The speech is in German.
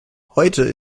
heute